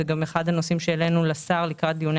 זה גם אחד הנושאים שהעלינו לשר לקראת דיוני